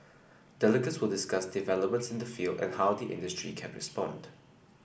delegates will discuss developments in the field and how the industry can respond